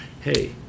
hey